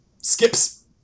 ...Skips